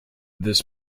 this